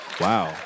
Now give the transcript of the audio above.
Wow